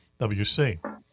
WC